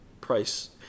price